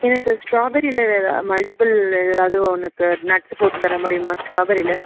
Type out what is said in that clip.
எனக்கு ஸ்ட்ராபெரியில் மல்டிபிள் ஏதாவது ஒன்றுக்கு நட்ஸ் போட்டு தர முடியுமா ஸ்ட்ராபெரியில்